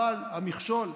אבל המכשול,